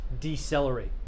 decelerate